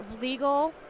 legal